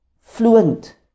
fluent